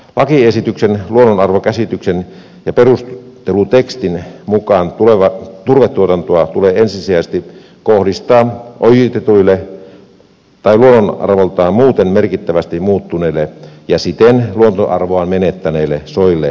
lakiesityksen luonnonarvokäsityksen ja perustelutekstin mukaan turvetuotantoa tulee ensisijaisesti kohdistaa ojitetuille tai luonnonarvoltaan muuten merkittävästi muuttuneille ja siten luontoarvoaan menettäneille soille ja turvemaille